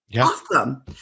Awesome